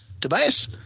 Tobias